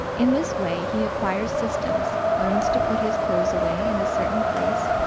in this way he acquires system, learns to put his clothes away in a certain place,